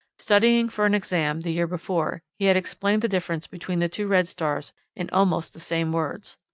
studying for an exam, the year before, he had explained the difference between the two red stars in almost the same words.